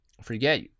forget